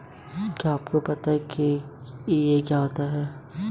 Credit card का use कैसे करें?